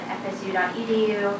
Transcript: fsu.edu